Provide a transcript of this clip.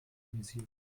amüsiert